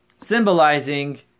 symbolizing